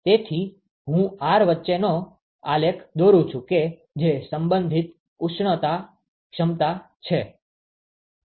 તેથી હું R વચ્ચેનો આલેખ દોરું છુ કે જે સંબંધિત ઉષ્ણતા ક્ષમતા છે